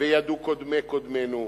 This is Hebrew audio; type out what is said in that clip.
וידעו קודמי קודמינו.